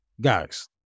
guys